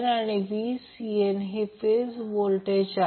आणि हा source 50 angle 0°V आहे